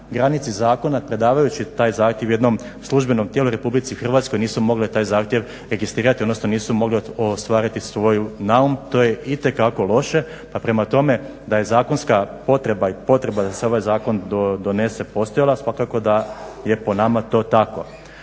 granici zakona predavajući taj zahtjev jednom službenom tijelu u Republici Hrvatskoj nisu mogle taj zahtjev registrirati, odnosno nisu mogle ostvariti svoj naum. To je itekako loše pa prema tome da je zakonska potreba i potreba da se ovaj zakon donose postojala, svakako da je po nama to tako.